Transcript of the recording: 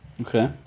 Okay